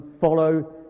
follow